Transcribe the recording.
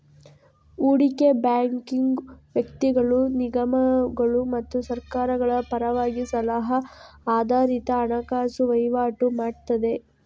ಹೂಡಿಕೆ ಬ್ಯಾಂಕಿಂಗು ವ್ಯಕ್ತಿಗಳು, ನಿಗಮಗಳು ಮತ್ತು ಸರ್ಕಾರಗಳ ಪರವಾಗಿ ಸಲಹಾ ಆಧಾರಿತ ಹಣಕಾಸು ವೈವಾಟು ಮಾಡ್ತದೆ